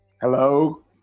hello